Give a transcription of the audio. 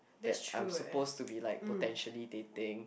that I'm supposed to be like potentially dating